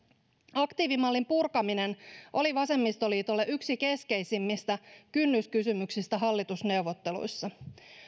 aktiivimallin purkaminen oli vasemmistoliitolle yksi keskeisimmistä kynnyskysymyksistä hallitusneuvotteluissa